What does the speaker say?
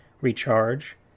recharge